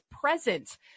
present